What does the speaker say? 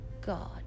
God